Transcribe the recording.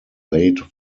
late